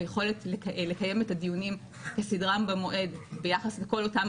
בכל מה שקשור ביכולת לקיים את הדיונים כסדרם במועד ביחס לכל אותם